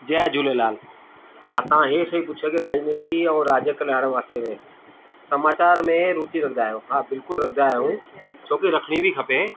जय झूलेलाल हां तव्हां इहो सही पुछियो कि राजनीति ऐं राज्य कल्याण वास्ते में समाचार में रुचि रखंदा आहियो हा बिल्कुलु रखंदा आहियूं छो कि रखिणी बि खपे